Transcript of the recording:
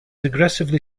aggressively